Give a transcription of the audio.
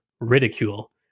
ridicule